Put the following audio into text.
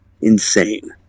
insane